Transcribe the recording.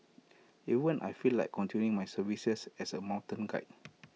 even I feel like continuing my services as A mountain guide